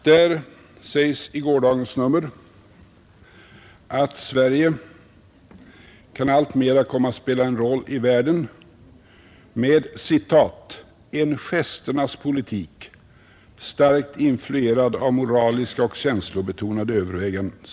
Där sägs i gårdagens nummer att Sverige kan alltmera komma att spela en roll i världen med »en gesternas politik, starkt influerad av moraliska och känslobetonade överväganden».